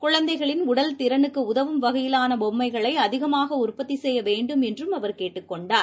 குழந்தைகளின் உடல்திறலுக்குஉதவும் வகையிலாளபொம்மைகளைஅதிகமாகஉற்பத்திசெய்யவேண்டும் என்றும் அவர் கேட்டுக் கொண்டார்